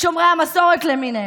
שומרי המסורת למיניהם.